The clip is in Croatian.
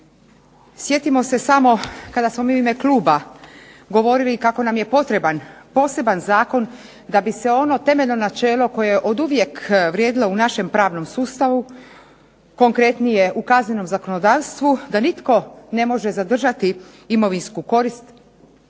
Sjetimo se samo kada smo u ime kluba govorili kako nam je potreban poseban zakon da bi se ono temeljno načelo koje je oduvijek vrijedilo u našem pravnom sustavu, konkretnije u kaznenom zakonodavstvu, da nitko ne može zadržati imovinsku korist